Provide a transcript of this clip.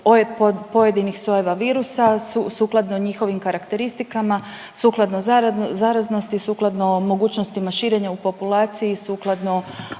pojedinih sojeva virusa, sukladno njihovim karakteristikama, sukladno zaraznosti, sukladno mogućnostima širenja u populaciji i sukladno